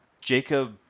Jacob